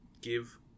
give